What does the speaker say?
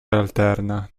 alterna